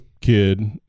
kid